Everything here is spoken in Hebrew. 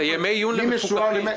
זה ימי עיון למפוקחים.